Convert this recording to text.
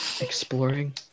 exploring